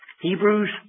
Hebrews